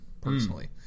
personally